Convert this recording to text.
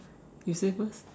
you say first